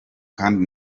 kandi